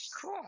cool